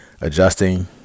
adjusting